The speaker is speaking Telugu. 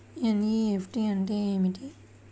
ఎన్.ఈ.ఎఫ్.టీ అంటే ఏమిటి?